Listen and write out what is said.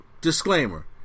Disclaimer